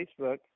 Facebook